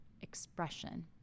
expression